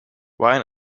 ryan